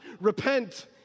repent